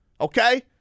Okay